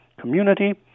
community